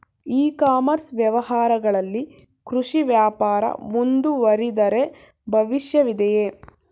E commerce ವ್ಯವಹಾರಗಳಲ್ಲಿ ಕೃಷಿ ವ್ಯಾಪಾರ ಮುಂದುವರಿದರೆ ಭವಿಷ್ಯವಿದೆಯೇ?